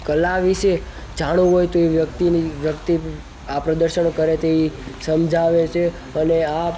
કલા વિષે જાણવું હોય તો વ્યક્તિ વ્યક્તિ આ પ્રદર્શન કરે તે એ સમજાવે છે અને આ